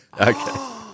Okay